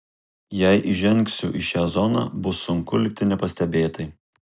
jei įžengsiu į šią zoną bus sunku likti nepastebėtai